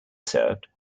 served